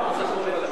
לא סתמו את הפה.